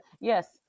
yes